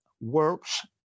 works